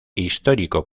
histórico